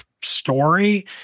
story